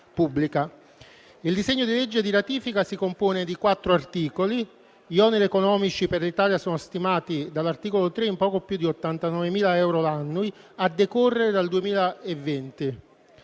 Il disegno di legge di ratifica si compone di 4 articoli; gli oneri economici per l'Italia sono stimati dall'articolo 3 in poco più di 89.000 euro annui a decorrere dal 2020.